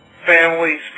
families